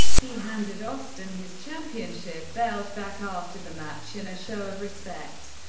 he handed austin his championship belt back after the match in a show of respect.